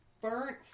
burnt